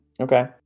Okay